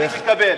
אני מקבל.